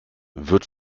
wird